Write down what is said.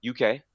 UK